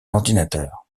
ordinateur